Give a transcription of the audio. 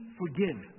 forgive